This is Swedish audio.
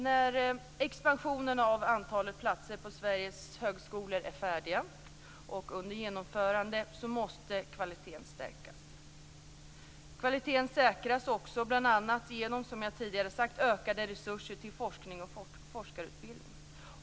När expansionerna av antalet platser på Sveriges högskolor är färdiga och under genomförande måste kvaliteten stärkas. Kvaliteten säkras också bl.a, som jag tidigare sagt, genom ökade resurser till forskning och forskarutbildning.